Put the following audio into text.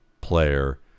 player